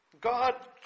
God